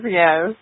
yes